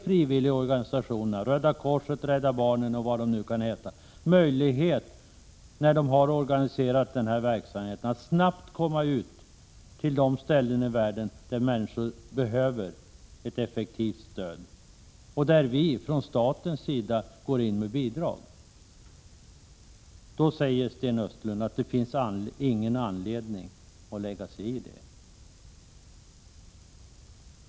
Frivilligorganisationerna, Röda korset, Rädda barnen m.fl., skall alltså inte få möjlighet att, när de har organiserat denna verksamhet, snabbt komma ut till de ställen i världen där människor behöver ett effektivt stöd. Staten ger ju också bidrag till denna verksamhet. Då säger Sten Östlund att det inte finns någon anledning att lägga sig i detta.